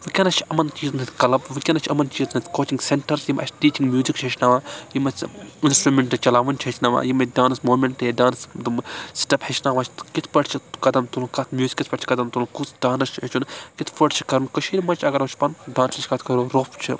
وُنکٮ۪ن چھِ یِمَن چیٖزَن ہنٛدۍ کَلب وُنکٮ۪ن چھِ یِمَن چیٖزَن ہنٛدۍ کوچِنٛگ سیٚنٹَر یِم اسہِ ٹیٖچِنٛگ میوٗزِک چھِ ہیٚچھناوان یِم اسہِ اِنَسٹرٛوٗمیٚنٛٹہٕ چَلاوُن چھِ ہیٚچھناوان یِم اسہِ ڈانٕس موٗمیٚنٛٹ یا ڈانٕس تِم سٹیٚپ ہیٚچھناوان چھِ کِتھ پٲٹھۍ چھُ قدم تُلُن کَتھ میوٗزِکَس پٮ۪ٹھ چھُ قدم تُلُن کُس ڈانٕس چھُ ہیٚچھُن کِتھ پٲٹھۍ چھُ کَرُن کٔشیٖرِ منٛز چھِ اگر ڈانسٕچ کَتھ کَرو روٚف چھُ